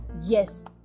yes